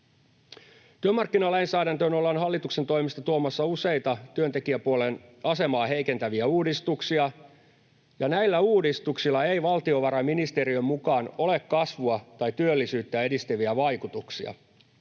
Työmarkkinalainsäädäntöön ollaan hallituksen toimesta tuomassa useita työntekijäpuolen asemaa heikentäviä uudistuksia, ja näillä uudistuksilla ei valtiovarainministeriön mukaan ole kasvua tai työllisyyttä edistäviä vaikutuksia.